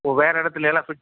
ஓ வேறு இடத்துலலா ஃபிட்